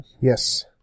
Yes